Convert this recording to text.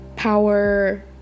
power